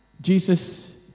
Jesus